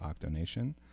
Octonation